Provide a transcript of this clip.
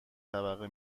طبقه